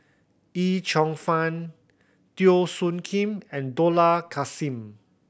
Yip Cheong Fun Teo Soon Kim and Dollah Kassim